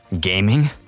Gaming